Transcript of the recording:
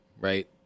right